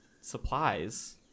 supplies